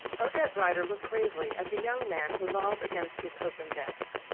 odette rider looked gravely at the young man who lolled against his open desk.